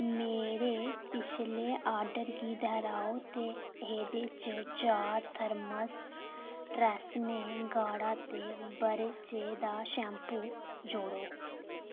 मेरे पिछले आर्डर गी दहराओ ते एह्दे च चार थर्मस ट्रैसेमे गाढ़ा ते भरोचे दा शैम्पू जोड़ो